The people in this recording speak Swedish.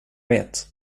vet